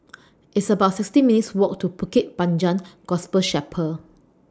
It's about sixteen minutes' Walk to Bukit Panjang Gospel Chapel